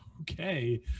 okay